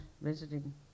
visiting